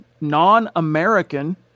non-American